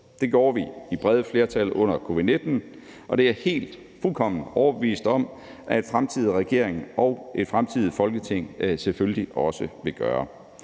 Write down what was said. Det gjorde vi med brede flertal under covid-19, og det er jeg helt og fuldkommen overbevist om fremtidige regeringer og et fremtidigt Folketing selvfølgelig også vil gøre.